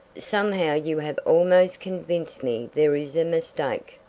somehow you have almost convinced me there is a mistake.